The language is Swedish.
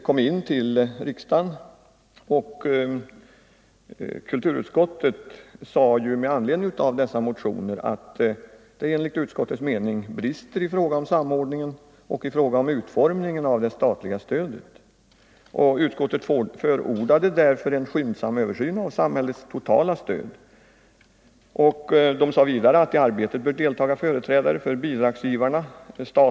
Kulturutskottet yttrade med Nr 119 anledning av dessa motioner att der enligt Utsköttets mening brister i Tisdagen den fråga om samordningen och utformningen av det statliga stödet. Utskottet 12 november 1974 förordade därför en skyndsam översyn av samhällets totala stöd. Utskottet sade vidare att i arbetet bör deltaga företrädare för bidragsgivarna — Ang.